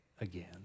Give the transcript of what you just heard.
again